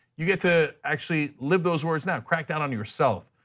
you get to actually live those words now. crackdown on yourself.